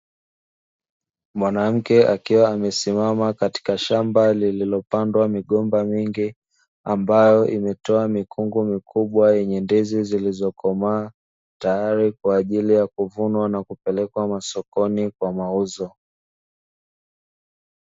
Mwanamke akiwa amesimama katika shamba lililopandwa migomba mingi, ambayo imetoa mikungu mikubwa yenye ndizi zilizokomaa tayari kwa ajili ya kuvunwa na kupelekwa masokoni kwa mauzo.